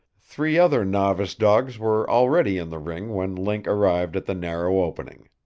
three other novice dogs were already in the ring when link arrived at the narrow opening.